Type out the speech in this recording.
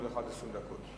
כל אחד 20 דקות.